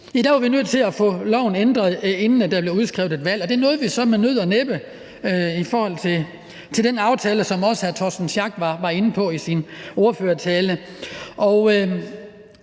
at vi var nødt til at få loven ændret, inden der blev udskrevet et valg, og det nåede vi så med nød og næppe med den aftale, som også hr. Torsten Schack Pedersen var inde på i sin ordførertale.